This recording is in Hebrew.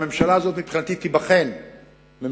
שהממשלה הזאת מבחינתי תיבחן בו בשנה הבאה,